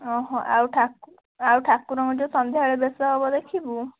ଆଉ ଆଉ ଠାକୁରଙ୍କ ଯେଉ ସନ୍ଧ୍ୟାବେଳେ ବେଶ ହବ ଦେଖିବୁ